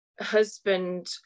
husband